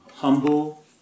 humble